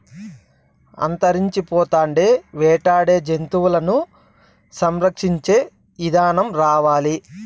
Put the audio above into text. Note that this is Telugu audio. అంతరించిపోతాండే వేటాడే జంతువులను సంరక్షించే ఇదానం రావాలి